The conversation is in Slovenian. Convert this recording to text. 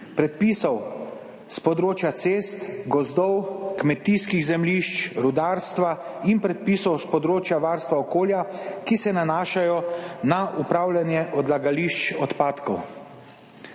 predpisov s področja cest, gozdov, kmetijskih zemljišč, rudarstva in predpisov s področja varstva okolja, ki se nanašajo na upravljanje odlagališč odpadkov.